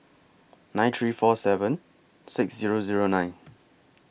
nine three four seven six Zero Zero nine